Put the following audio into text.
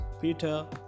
peter